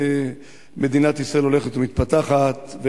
מדינת ישראל הולכת ומתפתחת,